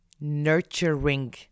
nurturing